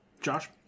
Josh